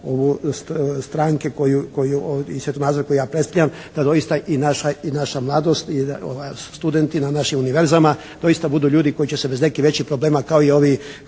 stranke koju ja i svjetonazor koji ja predstavljam, da doista i naša mladost i studenti na našim univerzama doista budu ljudi koji će se bez nekih većih problema kao i ovi